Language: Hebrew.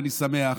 ואני שמח,